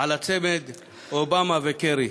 על הצמד אובמה וקרי.